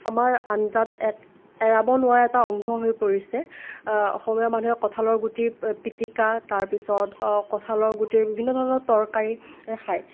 আমাৰ আঞ্জাত এক এৰাব নোৱাৰা এটা অংগ হৈ পৰিছে অসমীয়া মানুহে কঠালৰ গুটি পিতিকা তাৰপিছত কঠালৰ গুটিৰ বিভিন্ন ধৰণৰ তৰকাৰী খায়